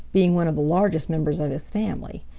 being one of the largest members of his family.